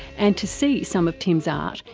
and to see some of tim's art,